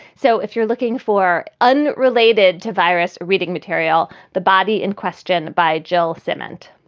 so if you're looking for unrelated to virus reading material, the body in question by jill cement